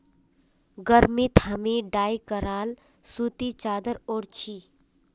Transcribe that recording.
गर्मीत हामी डाई कराल सूती चादर ओढ़ छि